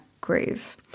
groove